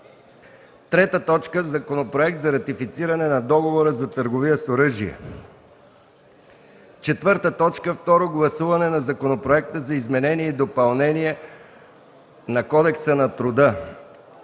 и обучение. 3. Законопроект за ратифициране на Договора за търговия с оръжие. 4. Второ гласуване на Законопроект за изменение и допълнение на Кодекса на труда.